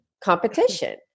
competition